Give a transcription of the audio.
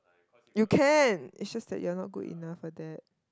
you can is just that you are not good enough for that